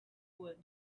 wood